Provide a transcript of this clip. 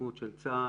ההתעצמות של צה"ל,